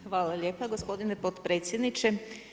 Hvala lijepa gospodine potpredsjedniče.